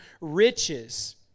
riches